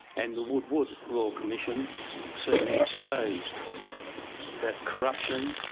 and the woodward royal commission certainly exposed that corruption,